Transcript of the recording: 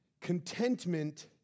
contentment